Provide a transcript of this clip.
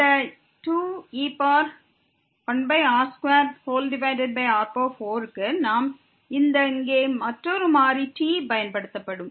இந்த 2e 1r2r4 க்கு இந்த மற்றொரு மாறி t பயன்படுத்தப்படும்